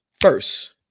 first